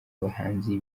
abahanzi